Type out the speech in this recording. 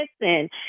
listen